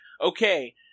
Okay